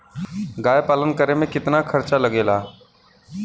गाय पालन करे में कितना खर्चा लगेला?